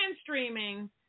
streaming